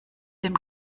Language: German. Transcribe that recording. dem